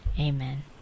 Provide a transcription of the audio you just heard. amen